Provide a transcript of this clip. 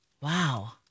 Wow